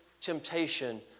temptation